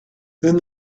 then